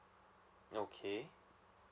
okay